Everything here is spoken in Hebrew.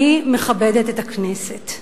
אני מכבדת את הכנסת,